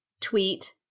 tweet